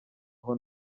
aho